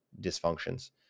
dysfunctions